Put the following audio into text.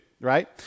right